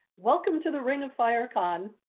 welcome to the ring of fire con.